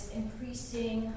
increasing